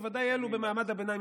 בוודאי אלו במעמד הביניים,